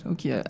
Okay